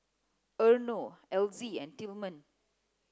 Arno Elzie and Tilman